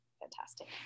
fantastic